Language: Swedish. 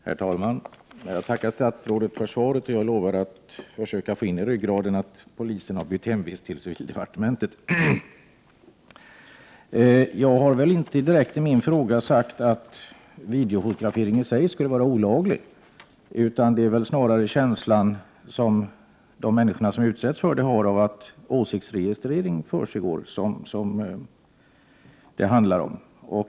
Herr talman! Jag tackar statsrådet för svaret. Jag lovar att försöka få in i ryggraden att polisen har bytt hemvist till civildepartementet. Jag har inte direkt i min fråga sagt att videofotografering i sig skulle vara olaglig, utan det handlar snarare om den känsla som de människor som utsätts för detta har av att åsiktsregistrering försiggår.